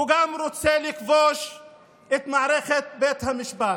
גם רוצה לכבוש את מערכת בית המשפט,